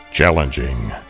Challenging